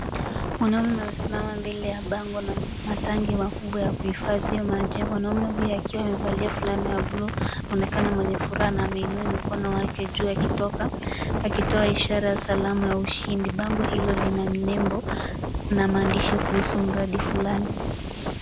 Mwanaume amesimama mbele ya bango na matangi makubwa ya kuhifadhia maji. Mwanaume huyu akiwa amevalia fulana ya buluu aonekana mwenye furaha na ameinua mkono wake juu akitoka akitoa ishara ya salamu ya ushindi. Bango hilo lina nembo na maandishi kuhusu mradi fulani.